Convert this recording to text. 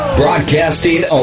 broadcasting